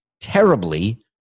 terribly